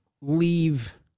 leave